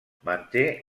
manté